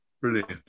Brilliant